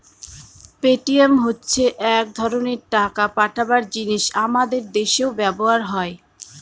Paytm হচ্ছে এক ধরনের টাকা পাঠাবার জিনিস আমাদের দেশেও ব্যবহার হয়